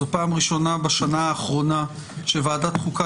זאת פעם ראשונה בשנה האחרונה שוועדת חוקה